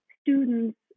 students